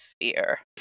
fear